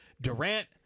Durant